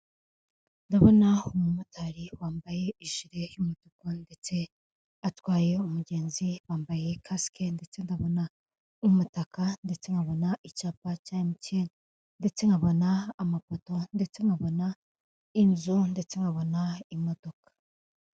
Ndabona umumotari wambaye ijire y'umutuku ndetse atwaye umugenzi wambaye casike ndetse ndabona umutaka ndetse nkabona icyapa cya MTN ndetse nkabona amafoto ndetse nkabona inzu ndetse nkabona imodoka.